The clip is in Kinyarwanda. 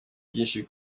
byinshi